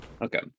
Okay